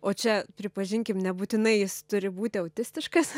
o čia pripažinkim nebūtinai jis turi būti autistiškas